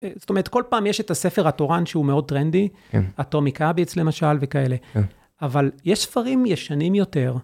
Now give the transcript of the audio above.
זאת אומרת, כל פעם יש את הספר התורן, שהוא מאוד טרנדי, אטומיקה אביץ' למשל וכאלה, אבל יש ספרים ישנים יותר.